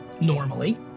normally